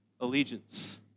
allegiance